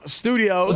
studio